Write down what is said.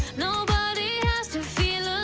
nobody has to feel